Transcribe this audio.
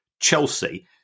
Chelsea